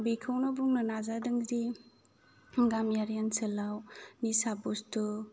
बेखौनो बुंनो नाजादोंजे गामियारि ओनसोलाव निसा बुस्थु